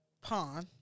Pawn